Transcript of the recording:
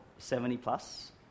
70-plus